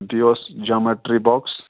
بیٚیہِ اوس geometry box